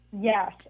Yes